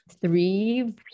three